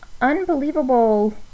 unbelievable